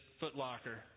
footlocker